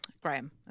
Graham